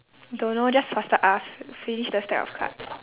don't know just faster ask finish the stack of cards